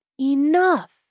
enough